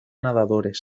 nadadores